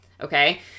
okay